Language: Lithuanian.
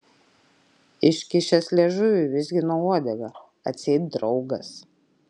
iškišęs liežuvį vizgino uodegą atseit draugas